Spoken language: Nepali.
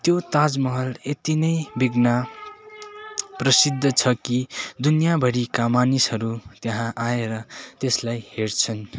त्यो ताज महल यति नै बिघ्न प्रसिद्ध छ कि दुनियाँ भरिका मानिसहरू त्यहाँ आएर त्यसलाई हेर्छन्